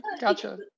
Gotcha